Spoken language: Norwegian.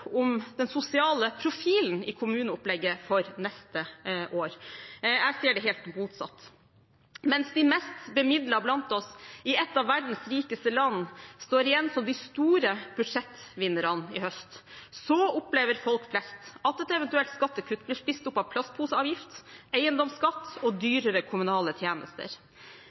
om den sosiale profilen i kommuneopplegget for neste år. Jeg ser det helt motsatt. Mens de mest bemidlede blant oss, i et av verdens rikeste land, står igjen som de store budsjettvinnerne i høst, opplever folk flest at et eventuelt skattekutt blir spist opp av plastposeavgift, eiendomsskatt og dyrere kommunale tjenester.